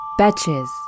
Batches